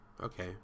Okay